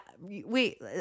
wait